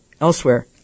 elsewhere